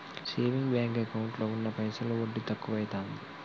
saving bank ఎకౌంటులో ఉన్న పైసలు వడ్డి తక్కువైతాంది